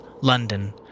London